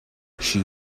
she